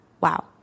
wow